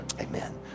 Amen